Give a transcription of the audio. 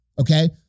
Okay